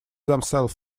themselves